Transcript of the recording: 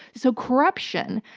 so corruption,